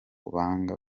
banga